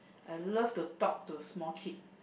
I love to talk to small kid